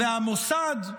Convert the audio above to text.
-- והמוסד.